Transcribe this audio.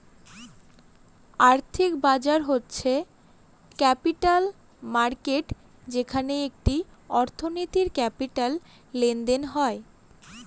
আর্থিক বাজার হচ্ছে ক্যাপিটাল মার্কেট যেখানে একটি অর্থনীতির ক্যাপিটাল লেনদেন হয়